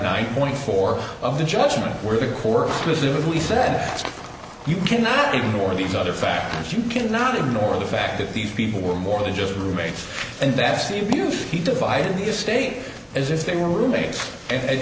nine point four of the judgment were the core of this it we said you cannot ignore these other facts you cannot ignore the fact that these people were more than just roommates and that's the abuse he divided the state as if they were roommates and i